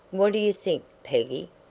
what do you think, peggy?